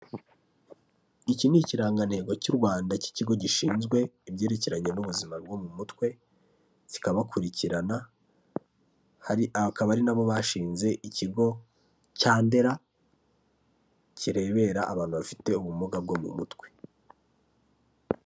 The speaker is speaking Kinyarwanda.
Iki ni ikirangantego cy'u Rwanda cy'ikigo gishinzwe ibyerekeranye n'ubuzima bwo mu mutwe kikabakurikirana, akaba ari nabo bashinze ikigo cya Ndera kirebera abantu bafite ubumuga bwo mu mutwe.